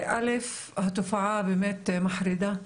א' התופעה באמת מחרידה,